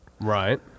right